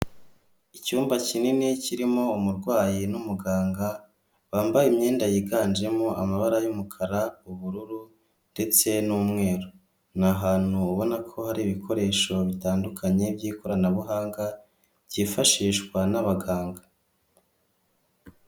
Icyumba kinini kirimo umurwayi n'umuganga, bambaye imyenda yiganjemo amabara y'umukara, ubururu, ndetse n'umweru. Ni ahantu ubona ko hari ibikoresho bitandukanye by'ikoranabuhanga, byifashishwa n'abaganga.